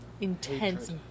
intense